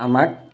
আমাক